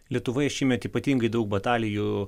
lietuvoje šįmet ypatingai daug batalijų